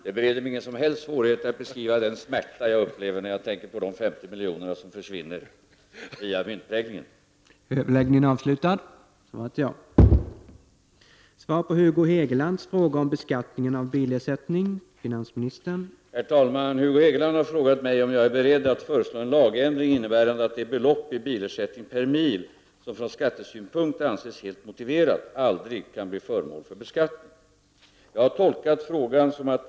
Enligt riksskatteverket skall all bilersättning, när ersättningen överstiger 25 kr. per mil, vara beskattningsbar, dvs. även de 12 kr. per mil som RSV anser vara fullt motiverad kostnadsersättning. Enligt RSV överensstämmer denna uppfattning med gällande lag. Med anledning härav vill jag fråga: Är finansministern beredd att föreslå en lagändring innebärande att det belopp i bilersättning per mil som ur skattesynpunkt anses helt motiverat aldrig kan bli föremål för beskattning?